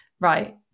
right